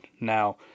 Now